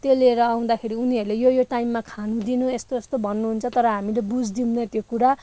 त्यो लिएर आउँदाखेरि उनीहरले यो यो टाइममा खानु दिनू यस्तो यस्तो भन्नुहुन्छ तर हामीले बुझ्दिनौँ त्यो कुरा